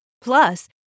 Plus